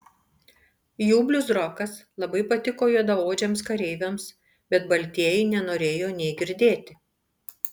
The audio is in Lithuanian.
jų bliuzrokas labai patiko juodaodžiams kareiviams bet baltieji nenorėjo nė girdėti